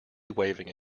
waving